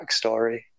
backstory